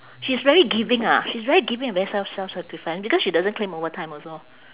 she's very giving ha she's very giving and very self~ self-sacrificing because she doesn't claim overtime also